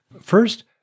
First